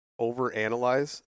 overanalyze